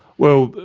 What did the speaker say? well,